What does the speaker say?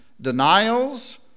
denials